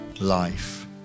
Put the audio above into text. life